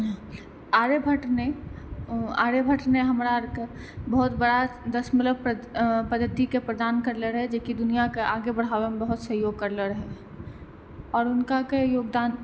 आर्यभट्ट ने आर्यभट्ट ने हमरा आर के बहुत बड़ा दशमलव पद्धति के प्रदान करलो रहै जेकि दुनिआ के आगे बढाबै मे बहुत सहयोग करलो रहै और उनका के योगदान